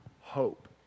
hope